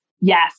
Yes